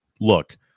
Look